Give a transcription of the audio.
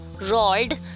rolled